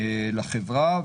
לחברה.